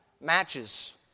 matches